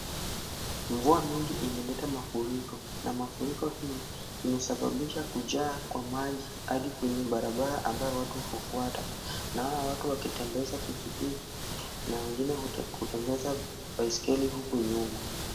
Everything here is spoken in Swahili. Mvua mingi imeleta mafuriko na mafuriko hii imesababisha kujaa kwa maji hadi kwenye barabara ambayo watu hufuata naona watu wakitembeza pikipiki na wengine kutembeza baiskeli huku nyuma.